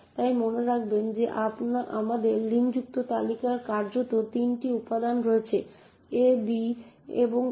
তাই মনে রাখবেন যে আমাদের লিঙ্কযুক্ত তালিকায় কার্যত তিনটি উপাদান রয়েছে a b এবং a